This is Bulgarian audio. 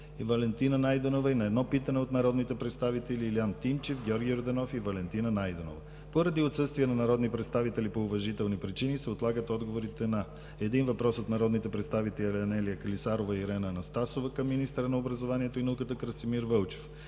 Валентина Найденова, и на едно питане от народните представители Илиян Тимчев, Георги Йорданов и Валентина Найденова. Поради отсъствие на народни представители по уважителни причини се отлагат отговорите на: - един въпрос от народните представители Анелия Клисарова и Ирена Анастасова към министъра на образованието и науката Красимир Вълчев;